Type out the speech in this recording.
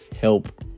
help